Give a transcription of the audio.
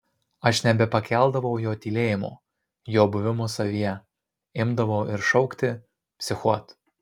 aš nebepakeldavau jo tylėjimo jo buvimo savyje imdavau ir šaukti psichuot